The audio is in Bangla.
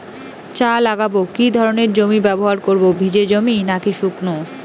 চা লাগাবো কি ধরনের জমি ব্যবহার করব ভিজে জমি নাকি শুকনো?